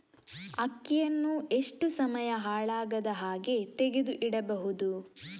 ಅಕ್ಕಿಯನ್ನು ಎಷ್ಟು ಸಮಯ ಹಾಳಾಗದಹಾಗೆ ತೆಗೆದು ಇಡಬಹುದು?